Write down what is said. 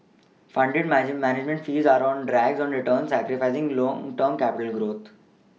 fonder manage management fees are on black on returns sacrificing long dorm capital